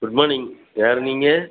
good morning யார் நீங்கள்